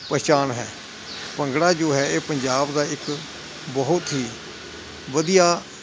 ਪਹਿਚਾਣ ਹੈ ਭੰਗੜਾ ਜੋ ਹੈ ਇਹ ਪੰਜਾਬ ਦਾ ਇੱਕ ਬਹੁਤ ਹੀ ਵਧੀਆ